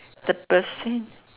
the percent